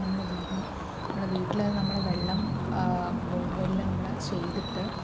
നമ്മുടെ വീട്ടിന് നമ്മുടെ വീട്ടിലെ നമ്മുടെ വെള്ളം ബോർ വെല്ലിലെ നമ്മൾ ചെയ്തിട്ട്